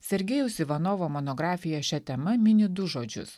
sergejaus ivanovo monografija šia tema mini du žodžius